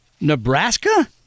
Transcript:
Nebraska